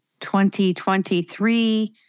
2023